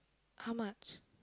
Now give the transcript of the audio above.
how much